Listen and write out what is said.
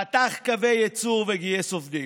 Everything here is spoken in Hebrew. פתח קווי ייצור וגייס עובדים.